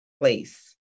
place